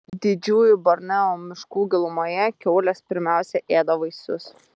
didžiųjų borneo miškų gilumoje kiaulės pirmiausia ėda vaisius